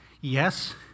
Yes